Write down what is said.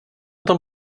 tom